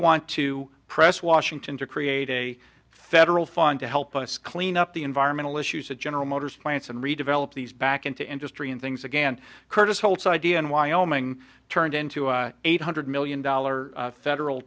want to press washington to create a federal fund to help us clean up the environmental issues that general motors plants and redevelop these back into industry and things again curtis holtz idea in wyoming turned into an eight hundred million dollars federal